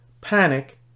panic